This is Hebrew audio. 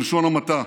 בלשון המעטה,